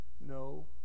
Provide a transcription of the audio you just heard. No